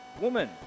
Woman